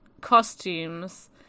costumes